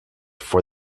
for